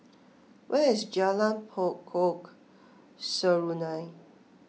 where is Jalan Pokok Serunai